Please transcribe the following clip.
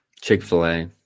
Chick-fil-A